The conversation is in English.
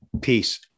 Peace